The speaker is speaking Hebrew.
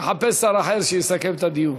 נחפש שר אחר שיסכם את הדיון.